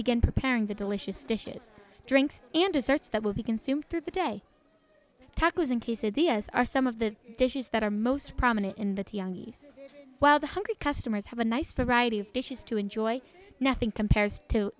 begin preparing the delicious dishes drinks and desserts that will be consumed through the day tacos in case of the us are some of the dishes that are most prominent in the well the hungry customers have a nice variety of dishes to enjoy nothing compares to